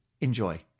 Enjoy